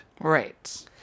Right